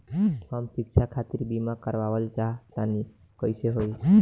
हम शिक्षा खातिर बीमा करावल चाहऽ तनि कइसे होई?